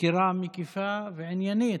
סקירה מקיפה ועניינית.